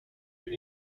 your